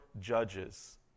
judges